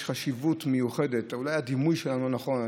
יש חשיבות מיוחדת, אולי הדימוי שלה הוא לא נכון.